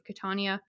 Catania